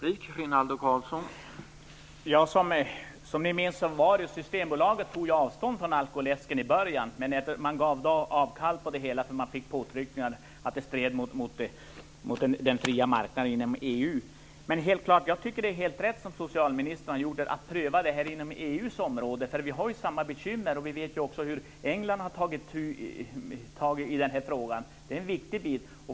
Herr talman! Som ni minns tog Systembolaget avstånd från alkoläsken i början. Men man gav avkall på det hela eftersom man fick påtryckningar om att det stred mot den fria marknaden inom EU. Jag tycker att det är helt rätt som socialministern har gjort att pröva detta inom EU:s område. Vi har samma bekymmer. Vi vet också att England har tagit sig an den här frågan. Det är en viktig bit.